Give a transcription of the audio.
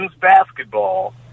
basketball